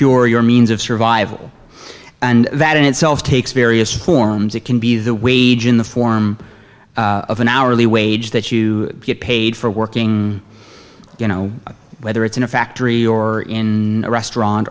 cure your means of survival and that in itself takes various forms it can be the wage in the form of an hourly wage that you get paid for working you know whether it's in a factory or in a restaurant